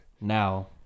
Now